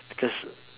because